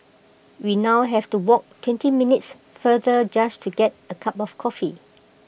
we now have to walk twenty minutes farther just to get A cup of coffee